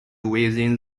within